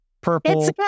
purple